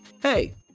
hey